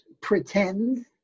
pretend